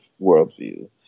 worldview